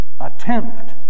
attempt